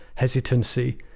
hesitancy